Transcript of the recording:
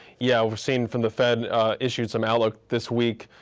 yeah we've seen from the fed issues some outlook this week,